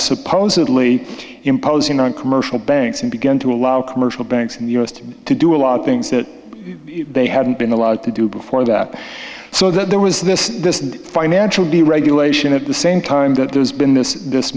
supposedly imposing on commercial banks and began to allow commercial banks in the u s to do a lot of things that they hadn't been allowed to do before that so there was this financial deregulation at the same time that there's been this this